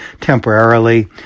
temporarily